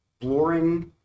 exploring